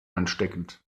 ansteckend